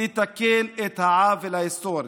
כדי להעביר את החוק